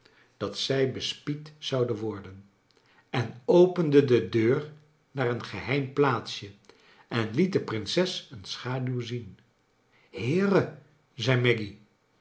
dat zij bespied zouden worden en opende de deur naar een geheim plaatsje en liet de prinses een schaduw zien heere zei maggy